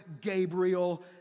Gabriel